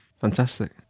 Fantastic